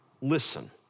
listen